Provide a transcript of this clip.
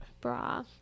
bra